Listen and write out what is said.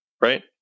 Right